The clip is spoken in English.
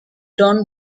don